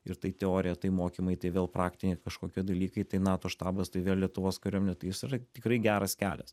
ir tai teorija tai mokymai tai vėl praktiniai kažkokie dalykai tai nato štabas tai vėl lietuvos kariuomenė tai jis yra tikrai geras kelias